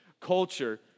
culture